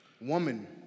woman